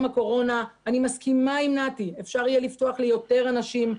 הקורונה - אני מסכימה עם נתי- יהיה אפשר לפתוח ליותר אנשים.